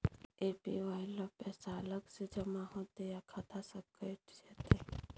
APY ल पैसा अलग स जमा होतै या खाता स कैट जेतै?